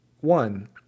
one